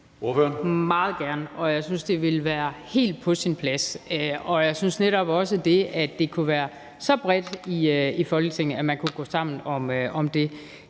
meget gerne, og jeg synes, det ville være helt på sin plads, og jeg synes netop også om, at det kunne være så bredt i Folketinget, altså at man kunne gå sammen om det.